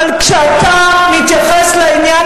אבל כשאתה מתייחס לעניין,